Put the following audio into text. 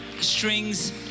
strings